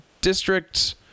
district